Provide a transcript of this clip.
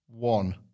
One